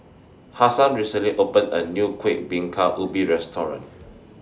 Hassan recently opened A New Kueh Bingka Ubi Restaurant